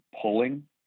pulling